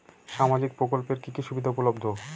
সামাজিক প্রকল্প এর কি কি সুবিধা উপলব্ধ?